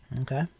Okay